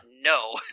No